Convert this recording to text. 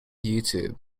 youtube